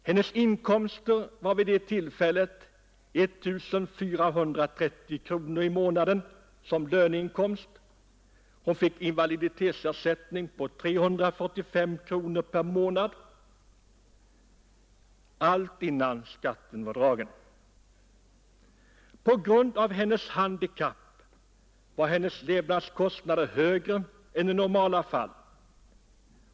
Hennes löneinkomst var vid tillfället 1 430 kronor i månaden och hon fick dessutom en invaliditetsersättning på 345 kronor per månad, allt innan skatten var dragen. På grund av hennes handikapp var hennes levnadskostnader högre än i normala fall.